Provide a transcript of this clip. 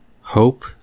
Hope